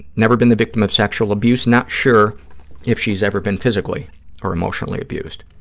never been the victim of sexual abuse, not sure if she's ever been physically or emotionally abused.